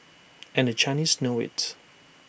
and the Chinese know IT